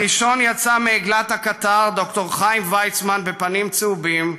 הראשון יצא מעגלת הקטר ד"ר חיים ויצמן בפנים צהובים,